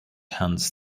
hands